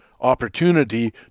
opportunity